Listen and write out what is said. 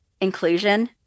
Inclusion